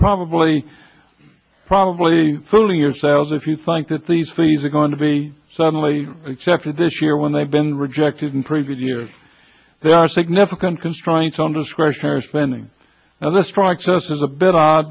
probably probably fooling yourselves if you think that these fees are going to be suddenly accepted this year when they've been rejected in previous years there are significant constraints on discretionary spending and the strikes us is a bit odd